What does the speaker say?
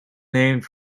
named